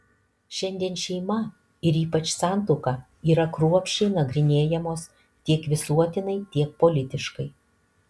šiandien šeima ir ypač santuoka yra kruopščiai nagrinėjamos tiek visuotinai tiek politiškai